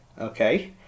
Okay